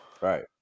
Right